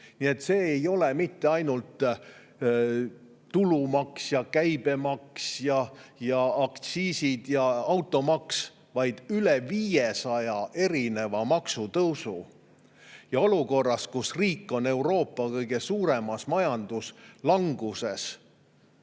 See ei ole mitte ainult tulumaks ja käibemaks ja aktsiisid ja automaks, vaid üle 500 erineva maksutõusu. Seda olukorras, kus riik on Euroopa kõige suuremas majanduslanguses.